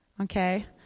Okay